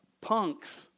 punks